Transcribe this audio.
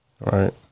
Right